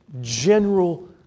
general